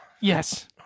Yes